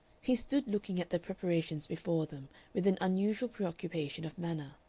he stood looking at the preparations before them with an unusual preoccupation of manner,